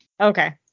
Okay